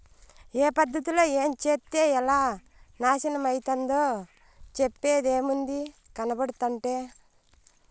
ఏ పద్ధతిలో ఏంచేత్తే ఎలా నాశనమైతందో చెప్పేదేముంది, కనబడుతంటే